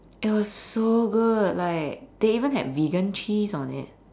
it was so good like they even had vegan cheese on it